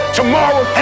tomorrow